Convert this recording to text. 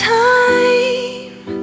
time